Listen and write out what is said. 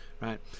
right